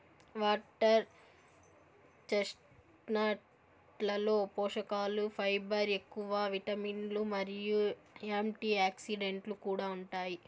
water చెస్ట్నట్లలో పోషకలు fibre ఎక్కువ, విటమిన్లు మరియు యాంటీఆక్సిడెంట్లు కూడా ఉంటాయి